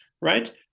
Right